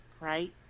right